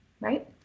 right